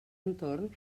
entorn